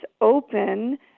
open